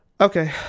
okay